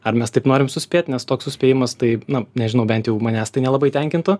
ar mes taip norim suspėt nes toks suspėjimas taip na nežinau bent jau manęs tai nelabai tenkintų